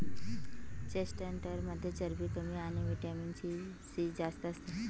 चेस्टनटमध्ये चरबी कमी आणि व्हिटॅमिन सी जास्त असते